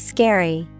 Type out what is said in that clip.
Scary